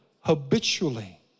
habitually